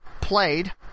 played